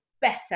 better